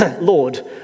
Lord